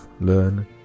learn